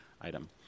item